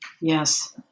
Yes